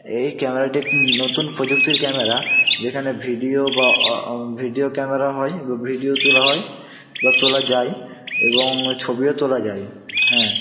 এই ক্যামেরাটি একটি নতুন প্রযুক্তির ক্যামেরা যেখানে ভিডিও বা অ ভিডিও ক্যামেরা হয় বা ভিডিও তোলা হয় বা তোলা যায় এবং ছবিও তোলা যায় হ্যাঁ